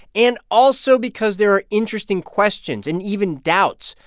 and also because there are interesting questions, and even doubts,